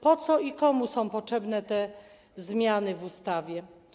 Po co i komu są potrzebne te zmiany w ustawie.